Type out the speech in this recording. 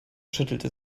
schüttelte